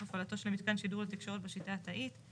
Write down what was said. הפעלתו של מיתקן שידור לתקשורת בשיטה התאית.